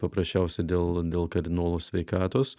paprasčiausiai dėl dėl kardinolo sveikatos